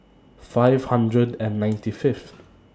five hundred and ninety five